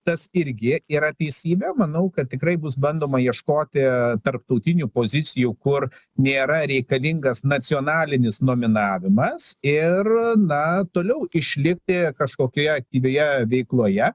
tas irgi yra teisybė manau kad tikrai bus bandoma ieškoti tarptautinių pozicijų kur nėra reikalingas nacionalinis nominavimas ir na toliau išlikti kažkokioje aktyvioje veikloje